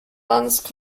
lance